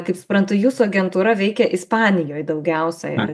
kaip suprantu jūsų agentūra veikia ispanijoj daugiausia